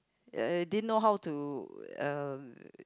uh didn't know how to uh